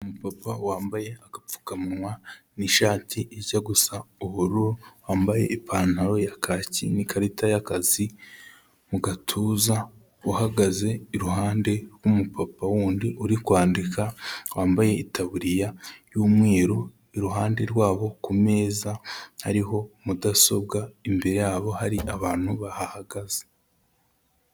Umupapa wambaye agapfukamunwa n'ishati ijya gusa ubururu, wambaye ipantaro ya kaki n'ikarita y'akazi mu gatuza, uhagaze iruhande rw'umupapa wundi uri kwandika wambaye itaburiya y'umweru, iruhande rwabo ku meza hariho mudasobwa, imbere yabo hari abantu bahahagaze.